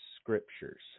scriptures